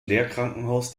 lehrkrankenhaus